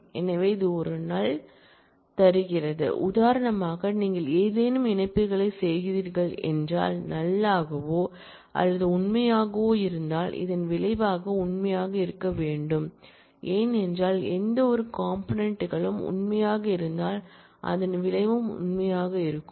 எனவே இது ஒரு நல் தருகிறது உதாரணமாக நீங்கள் ஏதேனும் இணைப்புகளைச் செய்கிறீர்கள் என்றால் நல் ஆகவோ அல்லது உண்மையாகவோ இருந்தால் இதன் விளைவாக உண்மையாக இருக்க வேண்டும் ஏனென்றால் எந்தவொரு கம்பனென்ட்களும் உண்மையாக இருந்தால் அதன் விளைவாக உண்மை இருக்கும்